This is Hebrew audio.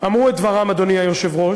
אמרו את דברם, אדוני היושב-ראש,